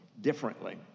differently